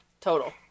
total